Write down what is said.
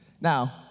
Now